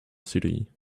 city